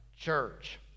church